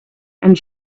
and